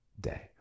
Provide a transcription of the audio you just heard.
day